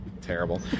terrible